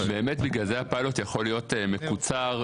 בגלל זה, באמת, הפיילוט יכול להיות מקוצר.